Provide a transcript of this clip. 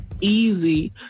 easy